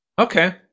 Okay